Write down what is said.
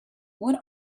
what